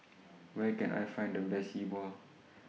Where Can I Find The Best Yi Bua